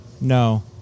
No